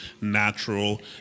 natural